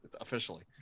Officially